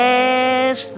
Yes